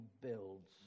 builds